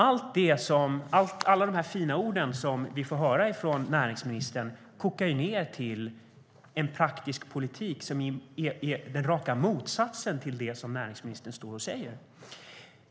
Alla de fina ord som vi får höra från näringsministern kokar ned till en praktisk politik som är raka motsatsen till det som näringsministern står och säger.